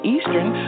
Eastern